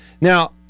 Now